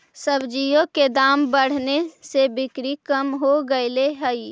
सब्जियों के दाम बढ़ने से बिक्री कम हो गईले हई